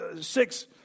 six